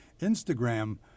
Instagram